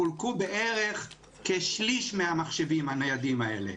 חולקו בערך כשליש מהמחשבים הניידים האלה.